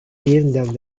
yeniden